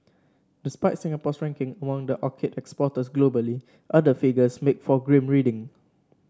despite Singapore's ranking among the orchid exporters globally other figures make for grim reading